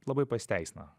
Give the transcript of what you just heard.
labai pasiteisina